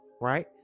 Right